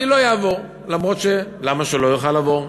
אני לא אעבור, אף שלמה הוא לא יוכל לעבור?